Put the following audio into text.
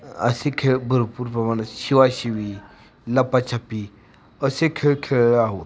असे खेळ भरपूर प्रमाणात शिवाशिवी लपाछपी असे खेळ खेळले आहोत